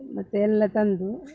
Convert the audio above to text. ಮತ್ತು ಎಲ್ಲ ತಂದು